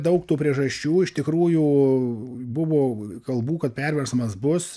daug tų priežasčių iš tikrųjų buvo kalbų kad perversmas bus